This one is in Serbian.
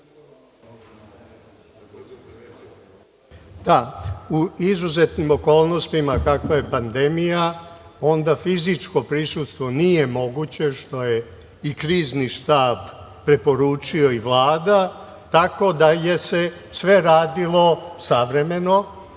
U izuzetnim okolnostima kakva je pandemija onda fizičko prisustvo nije moguće, što je i Krizni štab preporučio i Vlada, tako da se sve radilo savremeno,